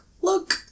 look